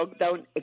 lockdown